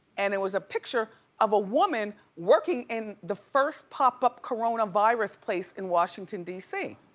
and it was a picture of a woman working in the first popup coronavirus place in washington, d c,